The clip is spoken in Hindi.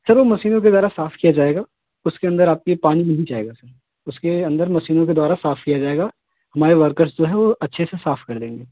सर वो मशीनों के द्वारा साफ़ किया जाएगा उसके अंदर आपके पानी नहीं जाएगा सर उसके अंदर मशीनों के द्वारा साफ़ किया जाएगा हमारे वर्कर्स जो हैं वो अच्छे से साफ़ कर देंगे